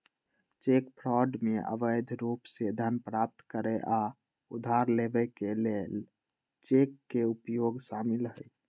cheque fraud में अवैध रूप से धन प्राप्त करे आऽ उधार लेबऐ के लेल चेक के प्रयोग शामिल हइ